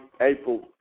April